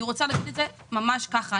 אני רוצה להגיד את זה ממש ככה.